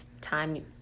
time